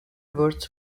words